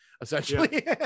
essentially